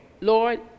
Lord